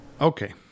Okay